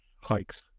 hikes